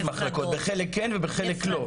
יש מחלקות, בחלק כן ובחלק לא.